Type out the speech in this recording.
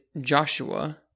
Joshua